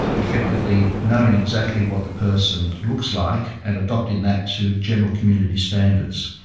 effectively, knowing exactly what the person looks like and adopting that to general community standards.